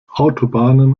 autobahnen